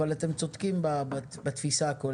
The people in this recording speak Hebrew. זה יפה, אבל אתם צודקים בתפיסה הכוללת.